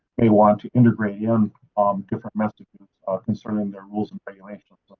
they want to integrate in different messages concerning their rules and regulations,